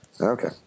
Okay